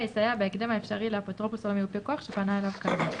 יסייע בהקדם האפשרי לאפוטרופוס או למיופה כוח שפנה אליו כאמור,